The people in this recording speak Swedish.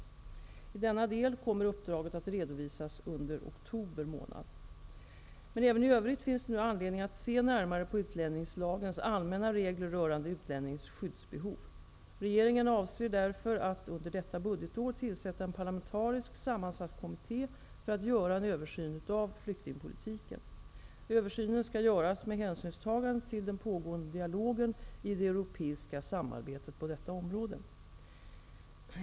I denna del kommer uppdraget att redovisas under oktober. Men även i övrigt finns det nu anledning att se närmare på utlänningslagens allmänna regler rörande utlänningars skyddsbehov. Regeringen avser därför att under detta budgetår tillsätta en parlamentariskt sammansatt kommitté för att göra en översyn av flyktingpolitiken. Översynen skall göras med hänsyn tagen till den pågående dialogen i det europeiska samarbetet på detta område.